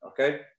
Okay